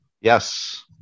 Yes